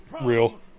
Real